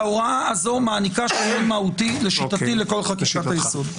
ההוראה הזאת מעניקה שריון מהותי לשיטתי לכל חקיקת היסוד.